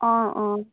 অঁ অঁ